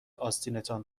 آستینتان